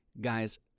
Guys